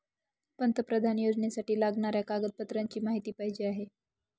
पंतप्रधान योजनेसाठी लागणाऱ्या कागदपत्रांची माहिती पाहिजे आहे